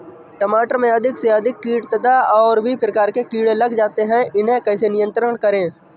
टमाटर में अधिक से अधिक कीट तथा और भी प्रकार के कीड़े लग जाते हैं इन्हें कैसे नियंत्रण करें?